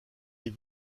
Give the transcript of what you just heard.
les